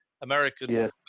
American